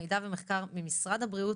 מידע ומחקר ממשרד הבריאות,